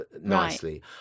nicely